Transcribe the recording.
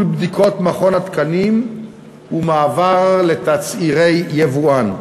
בדיקות מכון התקנים ומעבר לתצהירי יבואן.